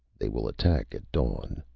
they will attack at dawn.